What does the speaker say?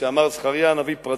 שאמר זכריה הנביא,